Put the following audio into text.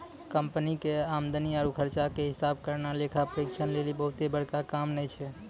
company के आमदनी आरु खर्चा के हिसाब करना लेखा परीक्षक लेली बहुते बड़का काम नै छै